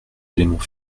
éléments